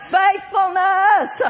faithfulness